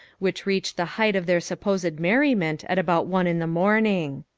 which reach the height of their supposed merriment at about one in the morning.